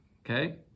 Okay